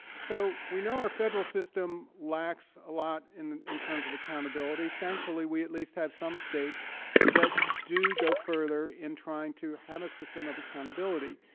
so we know our federal system lacks a lot in in terms of accountability. thankfully, we at least have some states that do go further in trying to have a system of accountability.